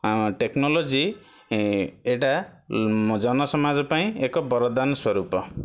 ଆ technology ଏ ଏଇଟା ଜନସମାଜ ପାଇଁ ଏକ ବରଦାନ ସ୍ୱରୂପ